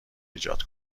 ایجاد